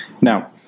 Now